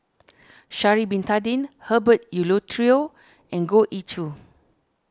Shaari Bin Tadin Herbert Eleuterio and Goh Ee Choo